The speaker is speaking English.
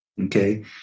Okay